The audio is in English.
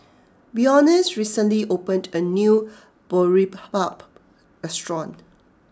Beyonce recently opened a new Boribap restaurant